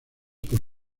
por